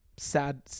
sad